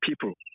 people